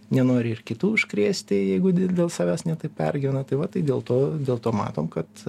nenori ir kitų užkrėsti jeigu dėl savęs ne taip pergyvena tai va tai dėl to dėl to matom kad